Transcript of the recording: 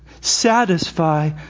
Satisfy